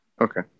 okay